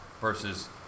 versus